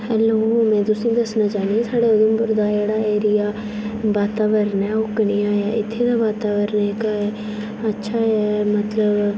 hello में तुसेंगी दस्सना चाहन्नी आं साढै़ उधमपुर दा जेह्ड़ा एरिया वातावरण ऐ ओह् कनेहा ऐ इत्थै दा वातवरण जेह्का ऐ अच्छा ऐ मतलब